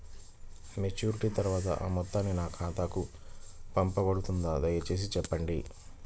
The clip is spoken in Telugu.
మెచ్యూరిటీ తర్వాత ఆ మొత్తం నా ఖాతాకు పంపబడుతుందా? దయచేసి చెప్పండి?